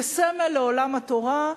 כסמל לעולם התורה,